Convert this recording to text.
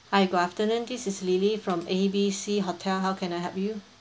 hi good afternoon this is lily from A B C hotel how can I help you